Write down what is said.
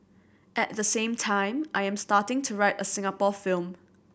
at the same time I am starting to write a Singapore film